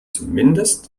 zumindest